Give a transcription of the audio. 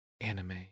Anime